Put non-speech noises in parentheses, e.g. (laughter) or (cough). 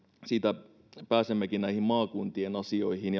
siitä pääsemmekin näihin maakuntien asioihin (unintelligible)